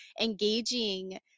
engaging